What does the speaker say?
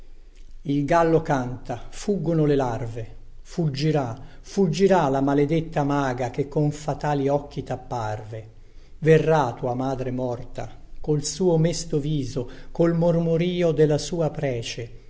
il gallo canta fuggono le larve fuggirà fuggirà la maledetta maga che con fatali occhi tapparve verrà tua madre morta col suo mesto viso col mormorìo della sua prece